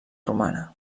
romana